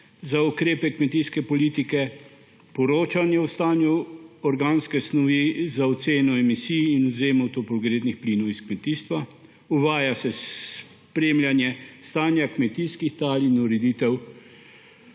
za ukrepe kmetijske politike, poročanje o stanju organske snovi za oceno emisij in odvzemu toplogrednih plinov iz kmetijstva, uvaja se spremljanje stanja kmetijskih tal in ureditev